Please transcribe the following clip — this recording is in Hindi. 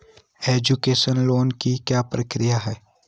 एजुकेशन लोन की क्या प्रक्रिया है?